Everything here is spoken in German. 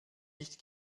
nicht